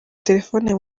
telefoni